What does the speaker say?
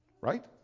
right